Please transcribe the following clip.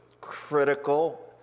critical